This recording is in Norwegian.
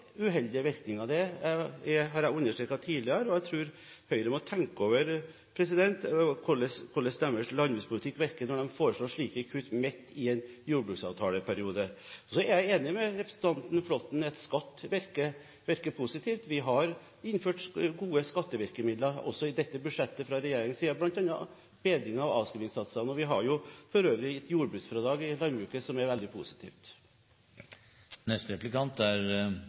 uheldige virkninger. Det har jeg understreket tidligere, og jeg tror Høyre må tenke over hvordan deres landbrukspolitikk virker, når de foreslår slike kutt midt i en jordbruksavtaleperiode. Jeg er enig med representanten Flåtten i at skatt virker positivt, og vi har innført gode skattevirkemidler også i dette budsjettet fra regjeringen side, bl.a. bedring av avskrivningssatsene. Vi har for øvrig gitt jordbruksfradrag i landbruket, noe som er veldig positivt.